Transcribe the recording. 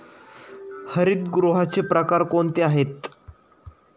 हरितगृहाचे प्रकार कोणते आहेत?